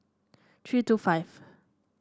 three two five